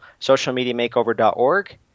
socialmediamakeover.org